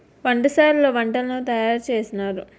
వంటశాలలో వంటలను తయారు చేసినారు